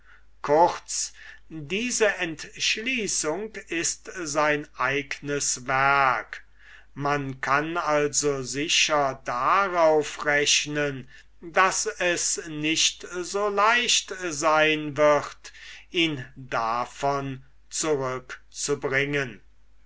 kurz diese entschließung ist sein eigen werk man kann also sicher darauf rechnen daß es nicht so leicht sein wird ihn davon zurückzubringen